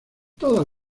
todas